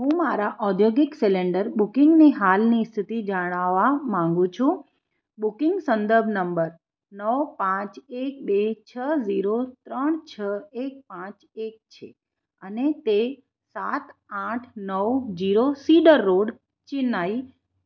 હું મારા ઔદ્યોગિક સિલેન્ડર બુકિંગની હાલની સ્થિતિ જણાવા માગું છું બુકિંગ સંદર્ભ નંબર નવ પાંચ એક બે છ ઝીરો ત્રણ છ એક પાંચ એક છે અને તે સાત આઠ નવ જીરો સીડર રોડ ચેન્નઈ